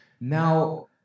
Now